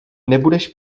nebudeš